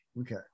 Okay